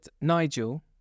Nigel